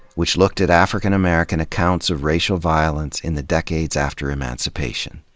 which looked at african american accounts of racial violence in the decades after emancipation.